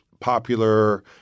popular